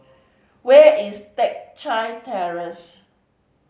where is Teck Chye Terrace